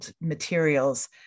materials